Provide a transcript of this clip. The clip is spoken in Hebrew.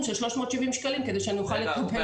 של 370 שקלים כדי שאני אוכל לקבל עותק שלו.